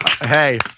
Hey